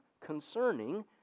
concerning